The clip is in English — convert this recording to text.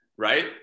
Right